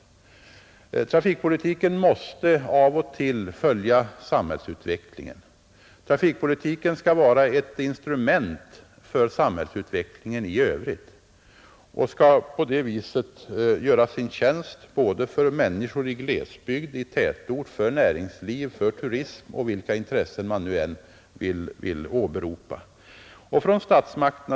Trafikpolitiken måste av och till följa samhällsutvecklingen. Den skall vara ett instrument för samhällsutvecklingen i övrigt och skall på det viset göra sin tjänst för människor i glesbygd och tätort, för näringsliv, turism och vilka intressen man nu än vill åberopa.